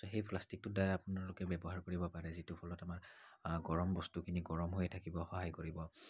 তো সেই প্লাষ্টিকটোৰ দ্বাৰাই আপোনালোকে ব্যৱহাৰ কৰিব পাৰে যিটো ফলত আমাৰ গৰম বস্তুখিনি গৰম গৈ থাকিব সহায় কৰিব